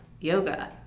yoga